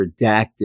redacted